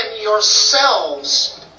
yourselves